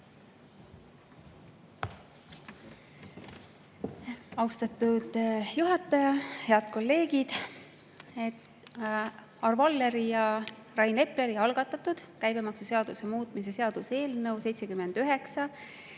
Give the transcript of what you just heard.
Austatud juhataja! Head kolleegid! Arvo Alleri ja Rain Epleri algatatud käibemaksuseaduse muutmise seaduse eelnõu 79